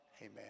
Amen